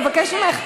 אני מבקשת ממך,